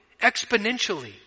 exponentially